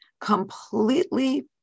completely